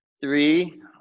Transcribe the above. Three